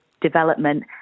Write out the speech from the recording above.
development